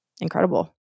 incredible